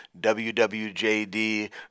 WWJD